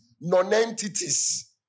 non-entities